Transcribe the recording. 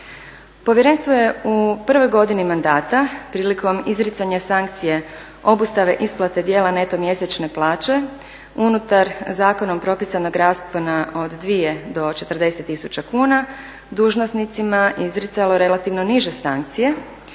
Povjerenstvo je u prvoj godini mandata prilikom izricanja sankcije obustave isplate dijela neto mjesečne plaće unutar zakonom propisanog raspona od 2 do 40 tisuća kuna dužnosnicima izricalo relativno niže sankcije